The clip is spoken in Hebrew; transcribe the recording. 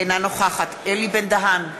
אינה נוכחת אלי בן-דהן,